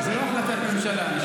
זאת לא החלטת ממשלה.